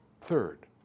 Third